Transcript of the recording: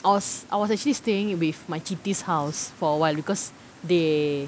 I was I was actually staying with my chithi's house for awhile because they